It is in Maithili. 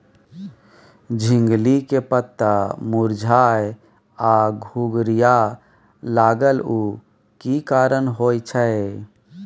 झिंगली के पत्ता मुरझाय आ घुघरीया लागल उ कि लक्षण होय छै?